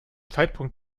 zeitpunkt